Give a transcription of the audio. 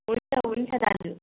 हुन्छ हुन्छ दाजु